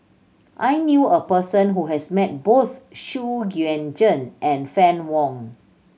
I knew a person who has met both Xu Yuan Zhen and Fann Wong